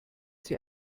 sie